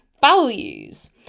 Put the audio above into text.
values